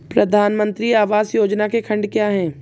प्रधानमंत्री आवास योजना के खंड क्या हैं?